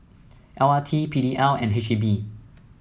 L R T P D L and H E B